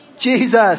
Jesus